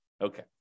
Okay